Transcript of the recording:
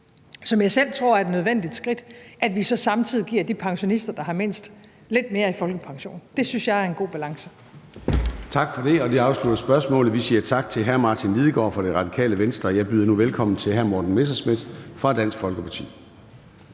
som jeg selv tror er et nødvendigt skridt, at vi så samtidig giver de pensionister, der har mindst, lidt mere i folkepension. Det synes jeg er en god balance.